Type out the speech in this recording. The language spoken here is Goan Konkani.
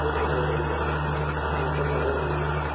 खूब फायदो करून घेतला आनी तो बऱ्या कारणा खातीर